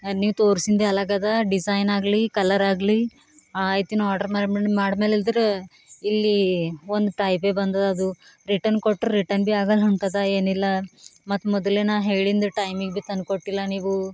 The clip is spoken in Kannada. ನೀವು ತೋರ್ಸಿಂದೆ ಅಲಗದ ಡಿಸೈನ್ ಆಗಲಿ ಕಲರ್ ಆಗಲಿ ಆಯ್ತು ಇನ್ನು ಆರ್ಡ್ರ್ ಮಾಡ್ಮೇಲೆ ಇಲ್ದಿರ ಇಲ್ಲಿ ಒಂದು ಟೈಪೆ ಬಂದದದು ರಿಟನ್ ಕೊಟ್ರೆ ರಿಟನ್ ಭೀ ಆಗಲ್ಲ ಅಂತದ ಏನಿಲ್ಲ ಮತ್ತು ಮೊದಲೇ ನಾ ಹೇಳಿಂದು ಟೈಮಿಗೆ ಭೀ ತನ್ಕೊಟ್ಟಿಲ್ಲ ನೀವು